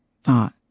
thought